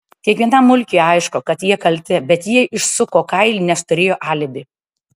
kiekvienam mulkiui aišku kad jie kalti bet jie išsuko kailį nes turėjo alibi